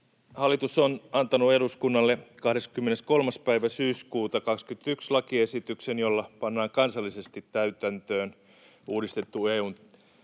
Hallitus on antanut eduskunnalle 23. päivä syyskuuta 21 lakiesityksen, jolla pannaan kansallisesti täytäntöön uudistettu EU:n